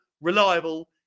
reliable